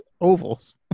Ovals